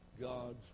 God's